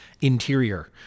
interior